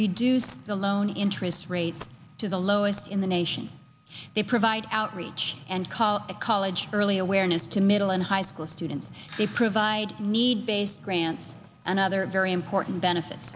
reduce the loan interest rate to the lowest in the nation they provide outreach and call it college early awareness to middle and high school students they provide need based grants and other very important benefits